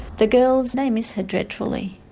the girls they miss her dreadfully.